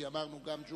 כי אמרנו: גם ג'ומס,